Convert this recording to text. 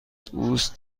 دوست